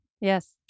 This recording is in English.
Yes